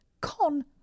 Con